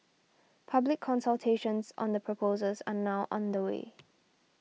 public consultations on the proposals are now underway